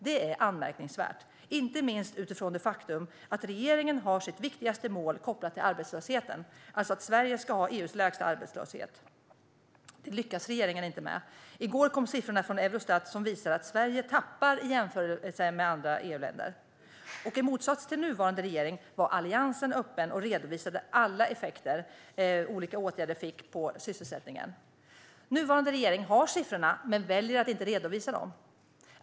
Det är anmärkningsvärt, inte minst utifrån det faktum att regeringen har sitt viktigaste mål kopplat till arbetslösheten, nämligen att Sverige ska ha EU:s lägsta arbetslöshet. Det lyckas regeringen inte med. I går kom siffror från Eurostat som visar att Sverige tappar i jämförelse med andra EU-länder. I motsats till nuvarande regering var Alliansen öppen och redovisade alla effekter olika åtgärder fick på sysselsättningen. Nuvarande regering har siffrorna men väljer att inte redovisa dem.